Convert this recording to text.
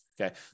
Okay